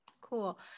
cool